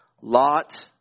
Lot